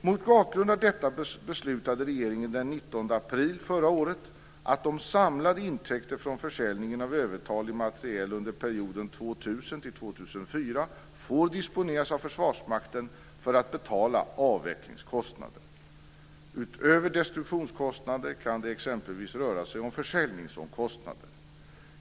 Mot bakgrund av detta beslutade regeringen den 2004 får disponeras av Försvarsmakten för att betala avvecklingskostnader. Utöver destruktionskostnader kan det exempelvis röra sig om försäljningsomkostnader.